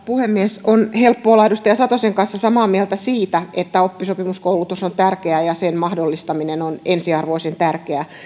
puhemies on helppoa olla edustaja satosen kanssa samaa mieltä siitä että oppisopimuskoulutus on tärkeää ja sen mahdollistaminen on ensiarvoisen tärkeää